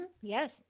Yes